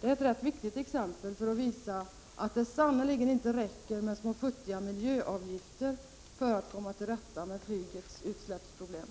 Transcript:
Det är ett rätt viktigt exempel för att visa att det sannerligen inte räcker med små futtiga miljöavgifter för att komma till rätta med flygets utsläppsproblem.